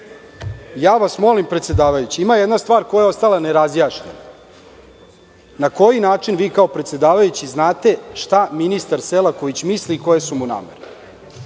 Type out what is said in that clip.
vas predsedavajući, ima jedna stvar koja je ostala ne razjašnjena, na koji način vi kao predsedavajući znate šta ministar Selaković misli i koje su mu namere. Na